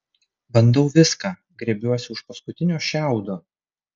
bandau viską grėbiuosi už paskutinio šiaudo